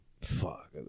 Fuck